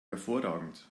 hervorragend